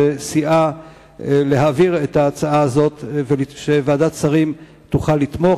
שסייעה להעביר את ההצעה הזאת כדי שוועדת השרים תוכל לתמוך,